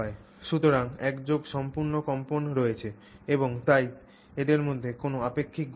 সুতরাং একযোগে সম্পূর্ণ কম্পন রয়েছে এবং তাই এদের মধ্যে কোনও আপেক্ষিক গতি নেই